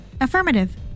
Affirmative